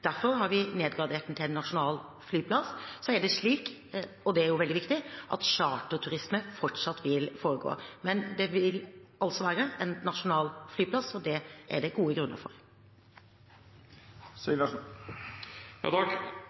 Derfor har vi nedgradert den til en nasjonal flyplass. Så er det slik – og det er jo veldig viktig – at charterturisme fortsatt vil foregå. Men det vil altså være en nasjonal flyplass, og det er det gode grunner